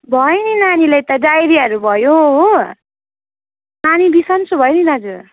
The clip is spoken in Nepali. भयो नि नानीलाई त डाइरियाहरू भयो हो नानी बिसन्चो भयो नि दाजु